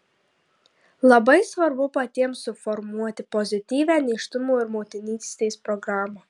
labai svarbu patiems suformuoti pozityvią nėštumo ir motinystės programą